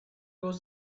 was